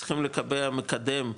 צריכים לקבע מקדם,